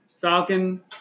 Falcon